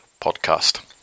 podcast